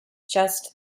just